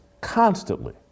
constantly